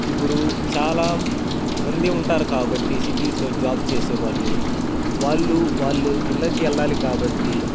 ఇప్పుడు చాలా మంది ఉంటారు కాబట్టి సిటీస్లో జాబ్ చేసేవాళ్ళు వాళ్ళు వాళ్ళ ఇళ్ళకి వెళ్ళాలి కాబట్టి